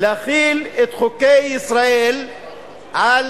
להחיל את חוקי ישראל על